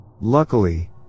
Luckily